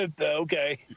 okay